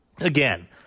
again